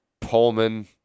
Pullman